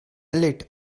lit